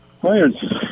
players